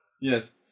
Yes